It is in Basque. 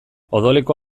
odoleko